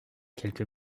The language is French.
quelques